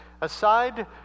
aside